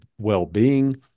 well-being